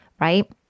right